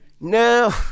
No